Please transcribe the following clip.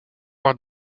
voir